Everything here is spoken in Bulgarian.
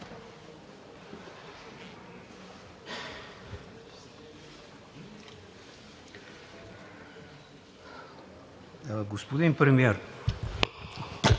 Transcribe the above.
Господин Премиер,